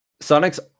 Sonic's